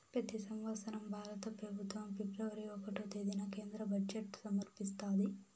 పెతి సంవత్సరం భారత పెబుత్వం ఫిబ్రవరి ఒకటో తేదీన కేంద్ర బడ్జెట్ సమర్పిస్తాది